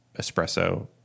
Espresso